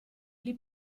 gli